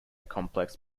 complex